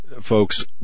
folks